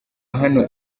hano